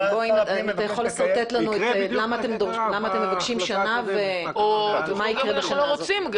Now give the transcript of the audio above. האם אתה יכול לשרטט לנו למה אתם מבקשים שנה או מה יקרה בשנה הזו?